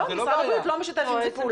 משרד הבריאות לא משתף עם זה פעולה.